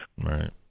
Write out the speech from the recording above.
Right